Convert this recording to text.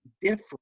different